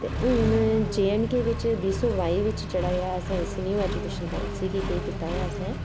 ते हून J and K बिच्च बीह् सौ बाई बिच्च जेह्ड़ा ऐ असें इस न्यू ऐजूकेशन पालसी गी केह् कीता ऐ असें